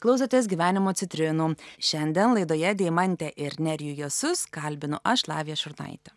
klausotės gyvenimo citrinų šiandien laidoje deimantę ir nerijų jasus kalbinu aš lavija šurnaitė